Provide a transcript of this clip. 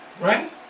Right